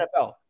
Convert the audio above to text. NFL